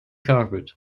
carpet